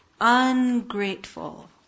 Ungrateful